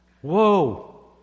whoa